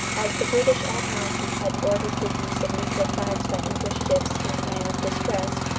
as the british admiralty had ordered the use of neutral flags by english ships in time of distress,